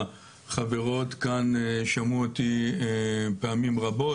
החברות כאן שמעו אותי פעמים רבות.